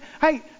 Hey